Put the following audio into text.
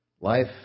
life